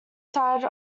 side